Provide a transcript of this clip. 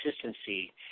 consistency